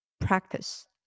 practice